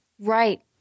Right